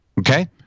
Okay